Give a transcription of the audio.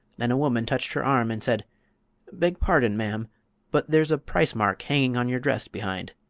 then a woman touched her arm and said beg pardon, ma'am but there's a price-mark hanging on your dress behind.